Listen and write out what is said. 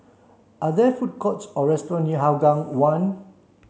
are there food courts or restaurant near Hougang One